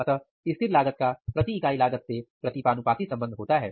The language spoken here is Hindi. अतः स्थिर लागत का प्रति इकाई लागत से प्रतिपानुपाती संबंध होता है